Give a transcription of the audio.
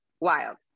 wild